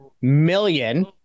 million